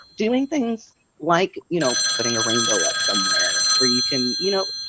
doing things like, you know, putting a rainbow up somewhere where you can, you know,